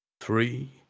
three